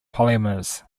polymers